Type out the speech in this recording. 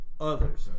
others